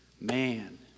Man